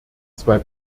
zwei